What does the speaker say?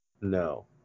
No